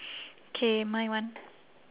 K my one